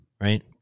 Right